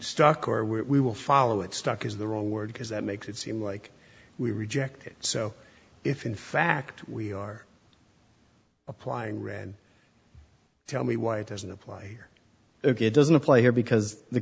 stuck or we will follow it stuck is the wrong word because that makes it seem like we reject it so if in fact we are applying read tell me why it doesn't apply here it doesn't apply here because the